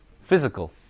Physical